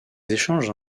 échanges